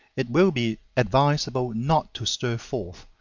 it will be advisable not to stir forth,